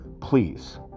please